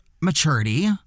maturity